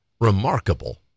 Remarkable